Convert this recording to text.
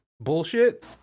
bullshit